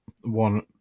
one